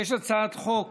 יש הצעת חוק